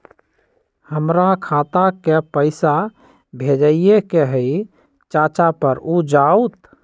हमरा खाता के पईसा भेजेए के हई चाचा पर ऊ जाएत?